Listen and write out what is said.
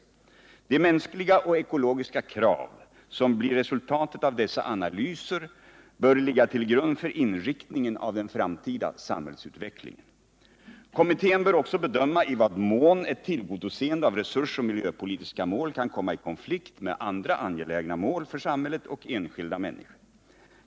De mänskliga och ekologiska krav som blir resultatet av dessa analyser bör ligga till grund för inriktningen av den framtida samhällsutvecklingen. Kommittén bör också bedöma i vad mån ett tillgodoseende av resursoch miljöpolitiska mål kan komma i konflikt med andra angelägna mål för samhället och enskilda människor.